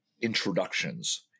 introductions